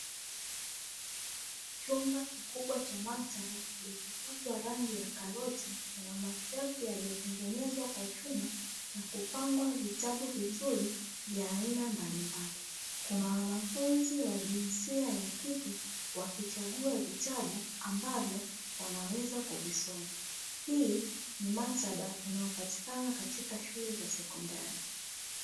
Chumba kikubwa cha maktaba kilichopakwa rangi ya karoti na mashelfu yaliyotengenezwa kwa chuma na kupangwa vitabu vizuri vya aina mbalimbali, kuna wanafunzi wa jinsia ya kike wakichagua vitabu ambavyo wanaweza kuvisoma, hii ni maktaba inayopatikana katika shule za sekondari.